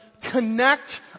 connect